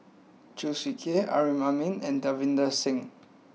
Chew Swee Kee Amrin Amin and Davinder Singh